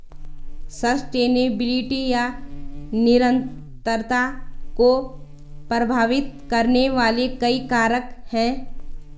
sustainability या निरंतरता को प्रभावित करने वाले कई कारक हैं